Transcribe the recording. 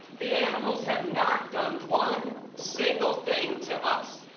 the animals have not done one single thing to us,